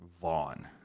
Vaughn